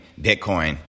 Bitcoin